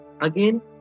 Again